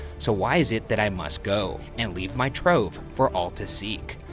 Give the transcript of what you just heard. so why is it that i must go and leave my trove for all to seek?